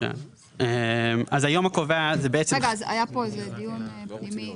היה כאן דיון פנימי.